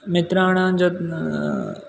मित्राणां ज्